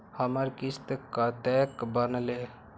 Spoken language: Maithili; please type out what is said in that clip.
हमर किस्त कतैक बनले?